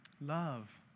Love